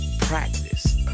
practice